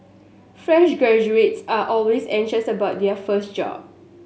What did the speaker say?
fresh graduates are always anxious about their first job